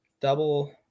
double